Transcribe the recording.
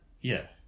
Yes